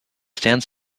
stands